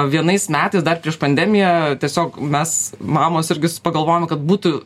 vienais metais dar prieš pandemiją tiesiog mes mamos irgi pagalvojom kad būtų